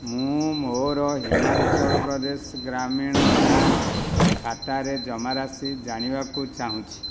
ମୁଁ ମୋର ହିମାଚଳ ପ୍ରଦେଶ ଗ୍ରାମୀଣ ବ୍ୟାଙ୍କ୍ ଖାତାରେ ଜମାରାଶି ଜାଣିବାକୁ ଚାହୁଁଛି